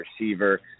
receiver